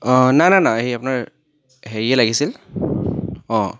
অ' নাই নাই নাই এই আপোনাৰ হেৰিয়ে লাগিছিল অ'